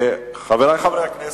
חברי חברי הכנסת,